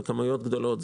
זה בכמויות גדולות.